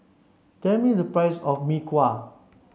tell me the price of Mee Kuah